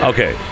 Okay